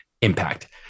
impact